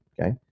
okay